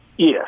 Yes